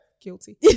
guilty